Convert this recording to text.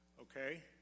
okay